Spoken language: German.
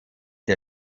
der